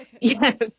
Yes